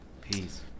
Peace